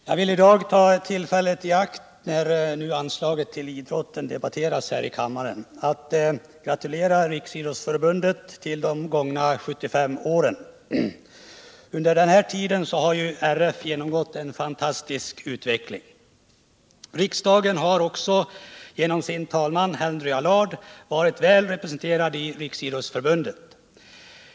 Herr talman! När anslaget till idrotten i dag debatteras här i kammaren vill jag ta tillfället i akt att gratulera Riksidrottsförbundet till de gångna 75 åren. Under den här tiden har ju RF genomgått en fantastisk utveckling. Riksdagen har också genom sin talman Henry Allard varit väl representerad i Riksidrottsförbundet.